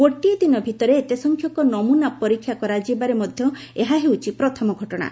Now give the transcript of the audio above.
ଗୋଟିଏ ଦିନ ଭିତରେ ଏତେ ସଂଖ୍ୟକ ନମ୍ନା ପରୀକ୍ଷା କରାଯିବା ମଧ୍ୟ ଏହା ହେଉଛି ପ୍ରଥମ ଘଟଣା